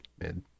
Mid